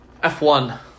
f1